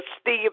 Steve